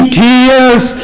tears